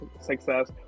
success